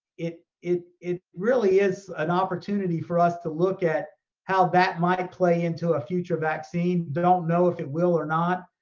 it it really is an opportunity for us to look at how that might play into a future vaccine. they don't know if it will or not.